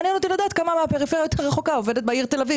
מעניין אותי לדעת כמה מהפריפריה הרחוקה עובדת בעיר תל אביב